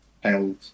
held